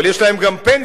אבל יש להם גם פנסיה,